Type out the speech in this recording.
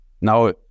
now